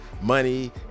money